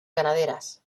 ganaderas